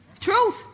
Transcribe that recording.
Truth